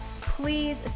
Please